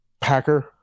Packer